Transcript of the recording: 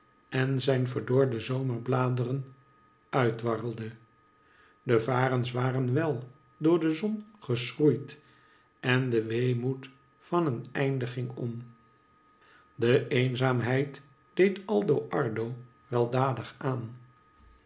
en zijn verdorde zomerbladeren uitdwarrelde de varens waren wel door de zon geschroeid en de weemoed van een einde ging om de eenzaamheid deed aldo ardo weldadig aan